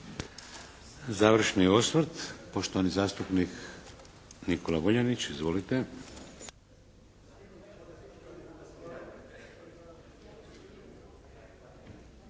Završni osvrt, poštovani zastupnik Nikola Vuljanić. Izvolite.